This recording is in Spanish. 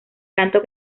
canto